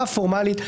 הפורמלית,